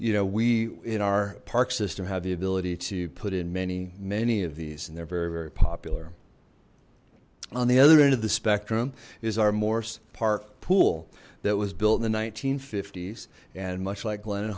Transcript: you know we in our park system have the ability to put in many many of these and they're very very popular on the other end of the spectrum is our morse park pool that was built in the s and much like glendon